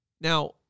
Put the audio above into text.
Now